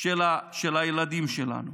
של הילדים שלנו.